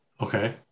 Okay